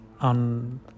on